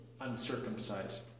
Uncircumcised